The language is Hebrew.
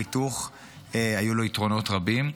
היו לו יתרונות רבים,